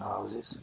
houses